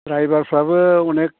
द्राइभारफोराबो अनेक